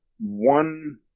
One